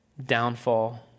downfall